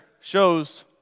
shows